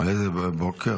איזה בוקר?